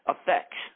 effects